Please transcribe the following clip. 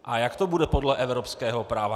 A jak to bude podle evropského práva?